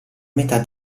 metà